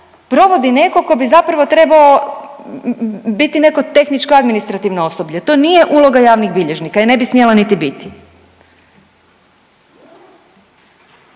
provodi netko tko bi zapravo trebao biti neko tehničko-administrativno osoblje. To nije uloga javnih bilježnika, jer ne bi smjela niti biti.